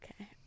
Okay